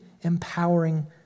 empowering